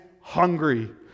hungry